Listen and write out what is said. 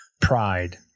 pride